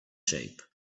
shape